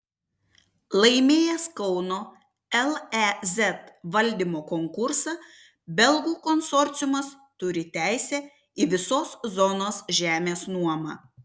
laimėjęs kauno lez valdymo konkursą belgų konsorciumas turi teisę į visos zonos žemės nuomą